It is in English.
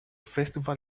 festival